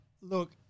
look